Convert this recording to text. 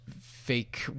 fake